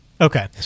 Okay